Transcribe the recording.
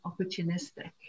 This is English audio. opportunistic